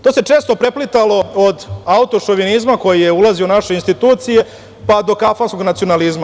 To se često preplitalo od autošovinizma koji je ulazio u naše institucije, pa do kafanskog nacionalizma.